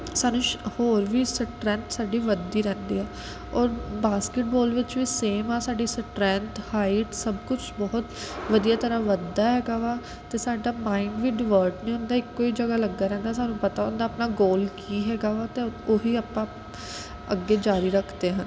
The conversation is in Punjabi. ਸਾਨੂੰ ਸ਼ ਹੋਰ ਵੀ ਸਟਰੈਂਥ ਸਾਡੀ ਵੱਧਦੀ ਰਹਿੰਦੀ ਹੈ ਔਰ ਬਾਸਕਿਟਬੋਲ ਵਿੱਚ ਵੀ ਸੇਮ ਆ ਸਾਡੀ ਸਟਰੈਂਥ ਹਾਈਟ ਸਭ ਕੁਛ ਬਹੁਤ ਵਧੀਆ ਤਰ੍ਹਾਂ ਵਧਦਾ ਹੈਗਾ ਵਾ ਅਤੇ ਸਾਡਾ ਮਾਈਂਡ ਵੀ ਡਿਵਰਟ ਨਹੀਂ ਹੁੰਦਾ ਇੱਕੋ ਹੀ ਜਗ੍ਹਾ ਲੱਗਾ ਰਹਿੰਦਾ ਸਾਨੂੰ ਪਤਾ ਹੁੰਦਾ ਆਪਣਾ ਗੋਲ ਕੀ ਹੈਗਾ ਵਾ ਅਤੇ ਉਹ ਹੀ ਆਪਾਂ ਅੱਗੇ ਜਾਰੀ ਰੱਖਦੇ ਹਨ